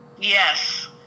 Yes